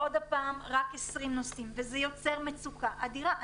עוד פעם רק 20 נוסעים וזה יוצר מצוקה אדירה.